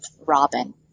Robin